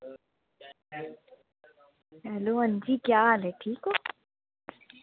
hello हां जी केह् हाल ऐ ठीक ओ